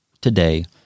today